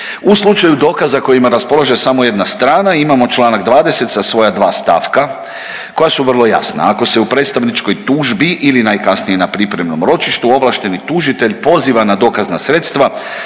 U slučaju dokaza kojima raspolaže samo jedna strana imamo čl. 20. sa svoja dva stavka koja su vrlo jasna. Ako se u predstavničkoj tužbi ili najkasnije na pripremnom ročištu ovlašteni tužitelj poziva na dokazna sredstva